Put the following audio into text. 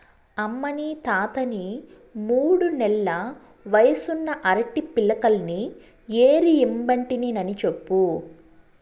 అమ్మనీ తాతని మూడు నెల్ల వయసున్న అరటి పిలకల్ని ఏరి ఇమ్మంటినని చెప్పు